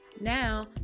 Now